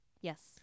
Yes